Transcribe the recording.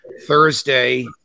Thursday